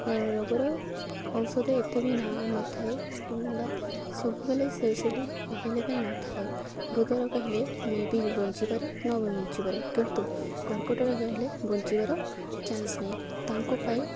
ରୋଗର ଔଷଧ ଏତେ ବି ନା ନଥାଏ କିମ୍ବା ସବୁବେଳେ ସେସବୁ ଏଭେଲେବେଲ୍ ନଥାଏ ହୃଦରୋଗ ହେଲେ ମେ' ବି ବଞ୍ଚିପାରେ ନ ବି ବଞ୍ଚିପାରେ କିନ୍ତୁ କର୍କଟ ରୋଗ ହେଲେ ବଞ୍ଚିବାର ଚାନ୍ସ ନାହିଁ ତାଙ୍କ ପାଇଁ